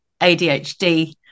ADHD